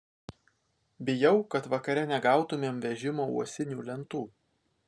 bijau kad vakare negautumėm vežimo uosinių lentų